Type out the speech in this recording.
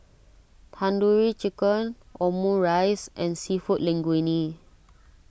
Tandoori Chicken Omurice and Seafood Linguine